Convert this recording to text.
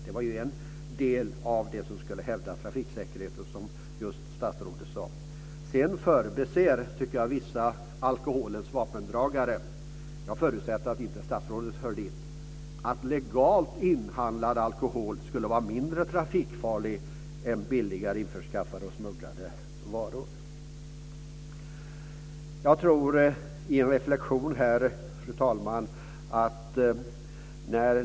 Det var en del i arbetet med att hävda trafiksäkerheten, som statsrådet nämnde. Vissa av alkoholens vapendragare verkar mena att legalt inhandlad alkohol skulle vara mindre trafikfarlig än billigare införskaffade och smugglade varor. Jag förutsätter att statsrådet inte hör till dem. Fru talman!